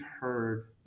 heard